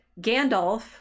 Gandalf